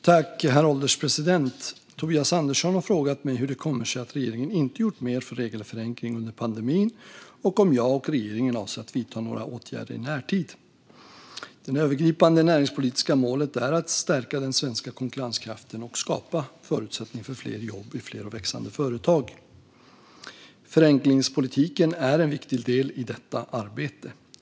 Herr ålderspresident! Tobias Andersson har frågat mig hur det kommer sig att regeringen inte har gjort mer för regelförenkling under pandemin och om jag och regeringen avser att vidta några åtgärder i närtid. Det övergripande näringspolitiska målet är att stärka den svenska konkurrenskraften och skapa förutsättning för fler jobb i fler och växande företag. Förenklingspolitiken är en viktig del i detta arbete.